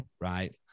right